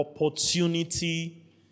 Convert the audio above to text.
opportunity